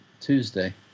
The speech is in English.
Tuesday